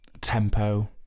tempo